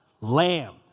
lamb